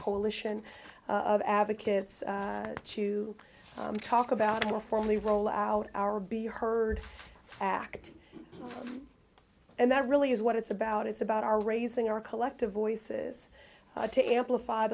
coalition of advocates to talk about more formally roll out our be heard act and that really is what it's about it's about our raising our collective voices to amplif